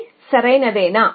ఇది సరైనదేనా